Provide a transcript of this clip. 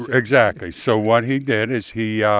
exactly. so what he did is he yeah